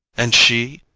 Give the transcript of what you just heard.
and she?